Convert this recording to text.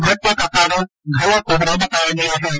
द्र्घटना का कारण घना कोहरा बताया गया है